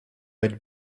had